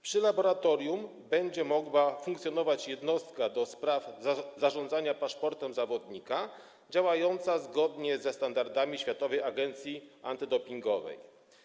Przy laboratorium będzie mogła funkcjonować Jednostka do spraw Zarządzania Paszportem Zawodnika, działająca zgodnie ze standardami Światowej Agencji Antydopingowej.